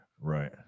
Right